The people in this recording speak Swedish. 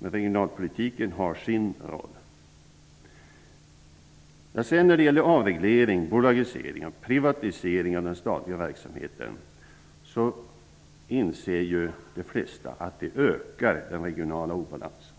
Regionalpolitiken har sin roll att spela. De flesta inser att avregleringen, bolagiseringen och privatiseringen av den statliga verksamheten ökar den regionala obalansen.